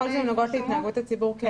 התנהגות הציבור.